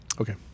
Okay